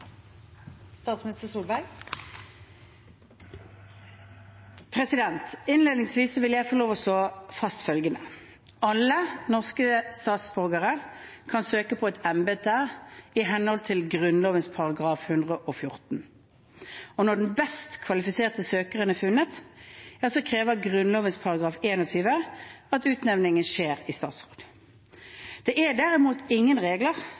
å slå fast følgende: Alle norske statsborgere kan søke på et embete i henhold til Grunnloven § 114. Når den best kvalifiserte søkeren er funnet, krever Grunnloven § 21 at utnevningen skjer i statsråd. Det er derimot ingen regler